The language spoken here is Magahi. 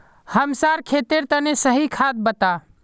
हमसार खेतेर तने सही खाद बता